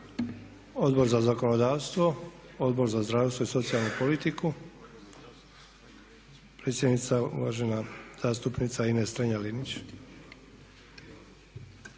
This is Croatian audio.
Odbor za zakonodavstvo, Odbor za zdravstvo i socijalnu politiku? Predsjednica, uvažena zastupnica Ines Strenja-Linić.